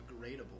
upgradable